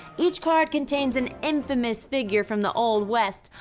each card contains an infamous figure from the old west,